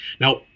Now